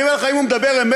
אני אומר לך, אם הוא מדבר אמת,